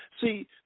See